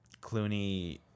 Clooney